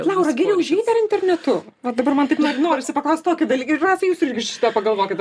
laura geriau užeit ar internetu o dabar man taip nor norisi paklausti tokį dalyką laura jūs irgi šitą pagalvokit